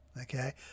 Okay